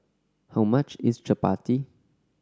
how much is chappati